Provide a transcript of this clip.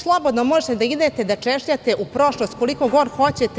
Slobodno možete da idete, da češljate u prošlost koliko god hoćete.